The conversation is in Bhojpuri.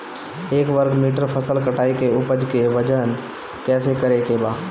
एक वर्ग मीटर फसल कटाई के उपज के वजन कैसे करे के बा?